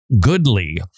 goodly